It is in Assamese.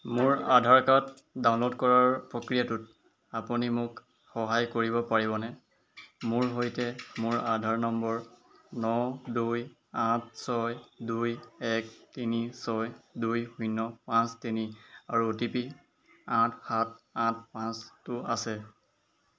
মোৰ আধাৰ কাৰ্ড ডাউনল'ড কৰাৰ প্ৰক্ৰিয়াটোত আপুনি মোক সহায় কৰিব পাৰিবনে মোৰ সৈতে মোৰ আধাৰ নম্বৰ ন দুই আঠ ছয় দুই এক তিনি ছয় দুই শূন্য পাঁচ তিনি আৰু অ' টি পি আঠ সাত আঠ পাঁচটো আছে